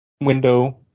window